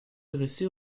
dressé